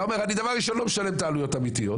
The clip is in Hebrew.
אתה אומר: דבר ראשון אני לא משלם את העלויות האמיתיות,